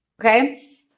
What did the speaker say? Okay